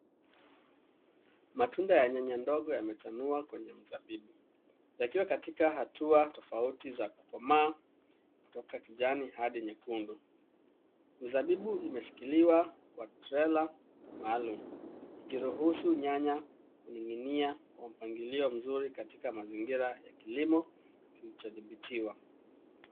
Matunda ya nyanya ndogo yamechanua kwenye mzabibu yakiwa kwenye harua tofauti za kukomaa kutoka kijani hadi nyekundu. Mzabibu imeshikiliwa kwa trela maalum ikiruhusu nyanya kuning'inia kwa mpangilio mzuri katika mazingira ya kilimo kilichodhibitiwa.